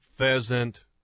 Pheasant